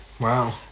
Wow